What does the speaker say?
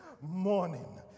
morning